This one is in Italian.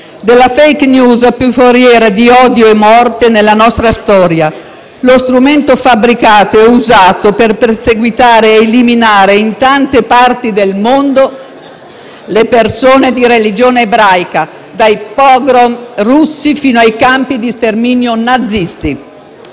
della *fake news* più foriera di odio e morte nella nostra storia, lo strumento fabbricato e usato per perseguitare ed eliminare in tante parti del mondo le persone di religione ebraica, dai *pogrom* russi fino ai campi di sterminio nazisti.